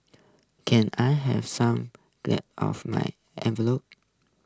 can I have some glue of my envelopes